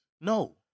No